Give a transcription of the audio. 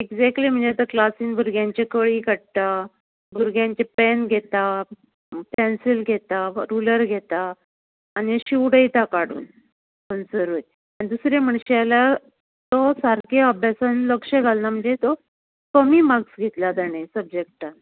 exactly म्हणजे तो क्लासीन भुरग्यांच्यो कळी काडटा भुरग्यांचें पॅन घेता पॅन्सील घेता रुलर घेता आनी अशी उडयता काडून खंयसरूय आनी दुसरें म्हणशी जाल्यार तो सारकें अभ्यासान लक्ष घालना म्हणजे तो कमी माक्स घेतल्या ताणें सब्जॅक्टान